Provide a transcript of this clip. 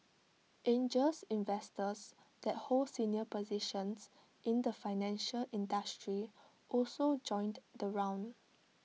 angel investors that hold senior positions in the financial industry also joined the round